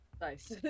Nice